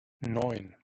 neun